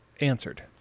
answered